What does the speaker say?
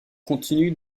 contenu